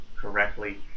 correctly